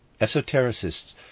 Esotericists